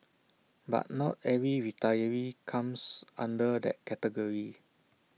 but not every retiree comes under that category